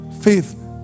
faith